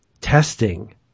testing